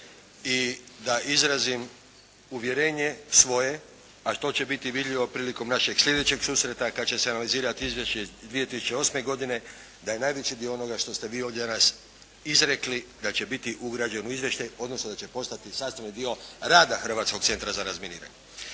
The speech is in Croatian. i da izrazim uvjerenje svoje a što će biti vidljivo prilikom našeg slijedećeg susreta kad će se analizirati izvješće iz 2008. godine da je najveći dio onoga što ste vi danas ovdje izrekli da će biti ugrađeno u izvještaj odnosno da će postati sastavni dio rada Hrvatskog centra za razminiranje.